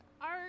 art